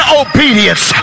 obedience